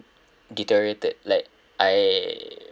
deteriorated like I